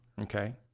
Okay